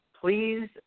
please